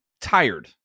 tired